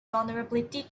vulnerability